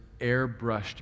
airbrushed